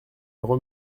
numéro